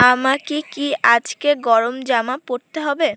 আমা কি কি আজকে গরম জামা পরতে হবে